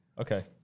Okay